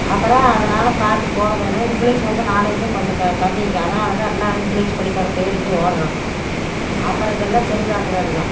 அப்பறம் அதனால் பார்த்து போட வேணும் இங்கிலீஷ் வந்து நாலேஜ் கொஞ்சம் கம்மி இங்கே அதனால் தான் எல்லாரும் இங்கிலீஷ் பள்ளிக்கூடம் தேடிட்டு ஓடறாங்கோ அப்பறம் இதெல்லாம் சரி பார்க்க வேணுங்க